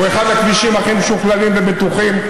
והוא אחד הכבישים הכי משוכללים ובטוחים,